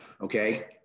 Okay